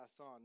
on